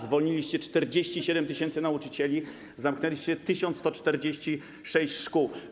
Zwolniliście 47 tys. nauczycieli, zamknęliście 1146 szkół.